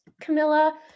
camilla